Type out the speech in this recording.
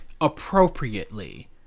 appropriately